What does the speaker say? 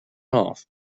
off